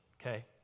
okay